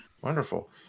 wonderful